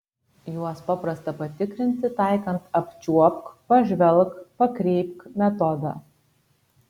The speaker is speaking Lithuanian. juos paprasta patikrinti taikant apčiuopk pažvelk pakreipk metodą